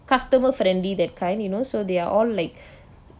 customer friendly that kind you know so they are all like